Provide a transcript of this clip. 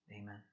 Amen